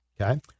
Okay